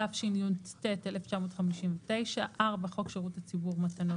התשי"ט 1959‏; (4) חוק שירות הציבור (מתנות),